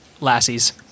Lassies